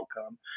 outcome